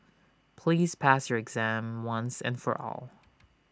please pass your exam once and for all